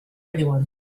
anyone